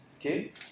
okay